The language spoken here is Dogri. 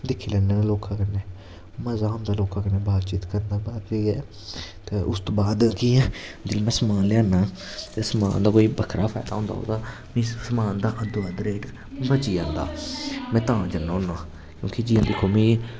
दिक्खी लैन्ने मनुक्खै कन्नै मजा आंदा लोकें कन्नै बातचीत करन दा ते उसदे बाद कि जिसलै में सामन लेयाना ते समान दा कोई बक्खरा फायदा होंदा ओह्दा मीं समान दा अद्धो अद्ध रेट बची जंदा में तां जन्ना होन्ना क्योंकि जि'यां दिक्खो में